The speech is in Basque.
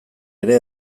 ere